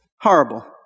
Horrible